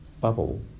bubble